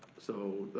so